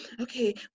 okay